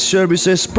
Services